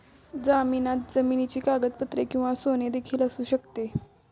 जामिनात जमिनीची कागदपत्रे किंवा सोने देखील असू शकते